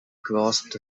grasped